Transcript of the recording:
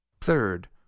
Third